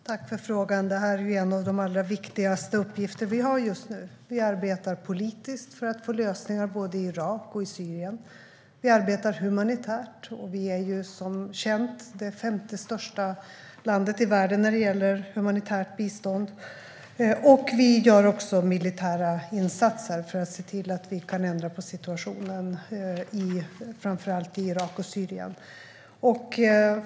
Herr talman! Tack för frågan, Sofia Damm! Det här är en av de allra viktigaste uppgifterna vi har just nu. Vi arbetar politiskt för att få lösningar i både Irak och Syrien. Vi arbetar humanitärt; vi är som känt det femte största landet i världen när det gäller humanitärt bistånd. Vi gör också militära insatser för att se till att ändra på situationen i framför allt Irak och Syrien.